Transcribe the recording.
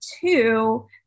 two